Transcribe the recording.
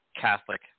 Catholic